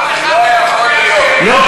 אף אחד לא כופה על חיילים להסתפר בכוח.